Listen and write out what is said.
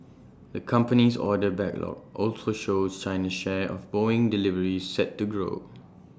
the company's order backlog also shows China's share of boeing deliveries set to grow